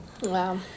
Wow